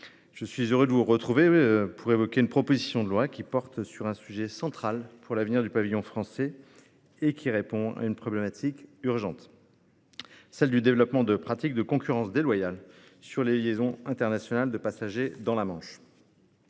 je suis heureux d'évoquer une proposition de loi qui porte sur un sujet central pour l'avenir du pavillon français et qui vise à répondre de manière urgence au problème du développement de pratiques de concurrence déloyale sur les liaisons internationales de passagers dans la Manche.